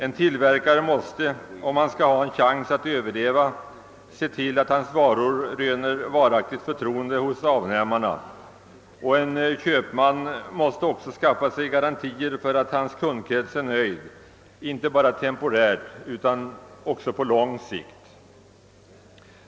En tillverkare måste, om han skall ha en chans att överleva, se till att hans varor röner varaktigt förtroende hos avnämarna, och en köpman måste också skaffa sig garantier för att hans kundkrets är nöjd inte bara temporärt utan också på lång sikt.